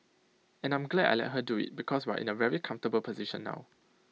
and I'm glad I let her do IT because we're in A very comfortable position now